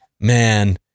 man